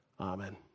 Amen